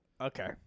Okay